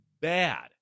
bad